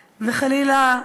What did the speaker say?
וחלילה,